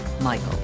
Michael